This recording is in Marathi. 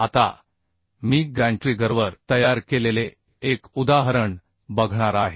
आता मी गॅन्ट्रिगरवर तयार केलेले एक उदाहरण बघणार आहे